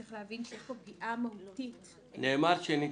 צריך להבין שיש פה פגיעה מהותית --- נאמר שנתייחס.